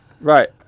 Right